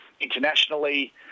internationally